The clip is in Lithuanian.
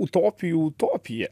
utopijų utopija